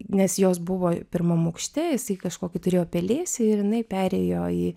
nes jos buvo pirmam aukšte jisai kažkokį turėjo pelėsį ir jinai perėjo į